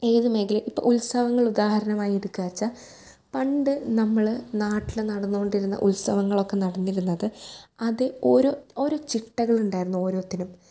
ഏത് മേഖലയിൽ ഇപ്പം ഉത്സവങ്ങൾ ഉദാഹരണമായി എടുക്കുക വെച്ചാൽ പണ്ട് നമ്മൾ നാട്ടിൽ നടന്നുകൊണ്ടിരുന്ന ഉത്സവങ്ങളൊക്കെ നടന്നിരുന്നത് അത് ഓരോ ഓരോ ചിട്ടകളുണ്ടായിരുന്നു ഓരോത്തിനും